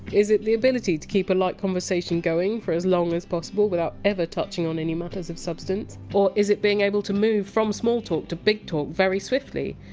is it the ability to keep a light conversation going for as long as possible without ever touching on any matters of substance, or is it being able to move from small talk to big talk very swiftly?